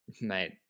mate